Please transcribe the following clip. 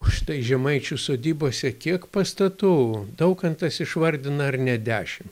o štai žemaičių sodybose kiek pastatų daukantas išvardina ar ne dešim